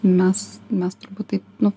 mes mes taip nu